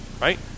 right